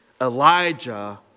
Elijah